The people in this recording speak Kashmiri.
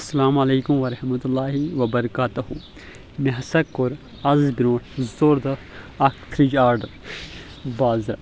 اسلامُ علیکم ورحمتہ اللّہِ وبرکارتہُ مےٚ ہسا کوٚر اَز بروٗنٛٹھ زٕ ژور دۄہ اکھ فِرج آڈر بازرٕ